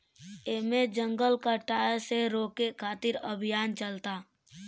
एमे जंगल कटाये से रोके खातिर अभियान चलता